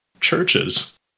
churches